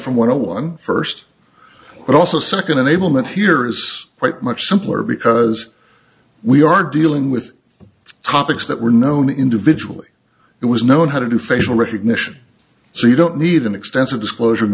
from one to one first and also second enablement here is much simpler because we are dealing with topics that were known individually it was known how to do facial recognition so you don't need an extensive disclosure